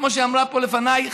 כמו שאמרו פה לפניי,